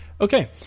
Okay